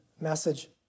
message